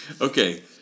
Okay